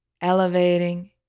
Elevating